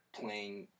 playing